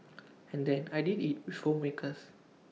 and then I did IT with homemakers